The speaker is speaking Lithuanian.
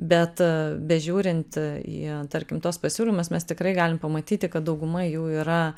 bet bežiūrint į tarkim tuos pasiūlymus mes tikrai galim pamatyti kad dauguma jų yra